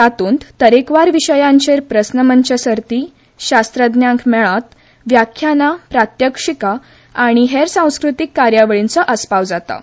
तातूंत तरेकवार विशयांचेर प्रस्न मंच सर्ती शास्त्रज्ञांक मेळात व्याख्यानां प्रात्यक्षिकां आनी हेर सांस्कृतीक कार्यावळींचो आसपाव जाता